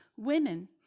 women